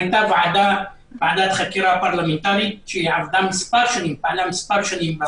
הייתה ועדת חקירה פרלמנטרית שפעלה מספר שנים.